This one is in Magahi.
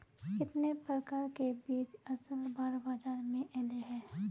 कितने प्रकार के बीज असल बार बाजार में ऐले है?